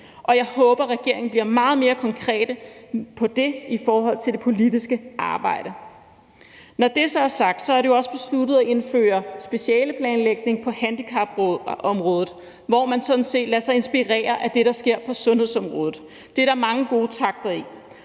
Jeg håber, at regeringen bliver meget mere konkret på det i det politiske arbejde. Når det er sagt, er det jo også besluttet at indføre specialeplanlægning på handicapområdet, hvor man sådan set lader sig inspirere af det, der sker på sundhedsområdet. Det er der mange gode takter i.